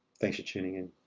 thanks for tuning in.